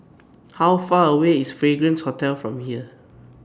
How Far away IS Fragrance Hotel from here